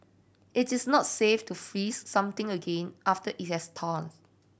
it is not safe to freeze something again after it has thawed